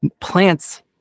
plants